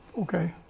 Okay